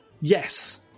Yes